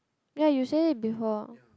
ya you said it before